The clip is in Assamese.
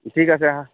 ঠিক আছে আহা